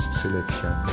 selection